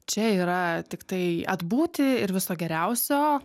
čia yra tiktai atbūti ir viso geriausio